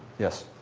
yes.